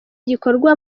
gikorwa